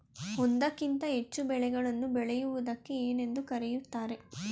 ಒಂದಕ್ಕಿಂತ ಹೆಚ್ಚು ಬೆಳೆಗಳನ್ನು ಬೆಳೆಯುವುದಕ್ಕೆ ಏನೆಂದು ಕರೆಯುತ್ತಾರೆ?